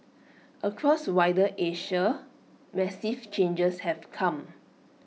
across wider Asia massive changes have come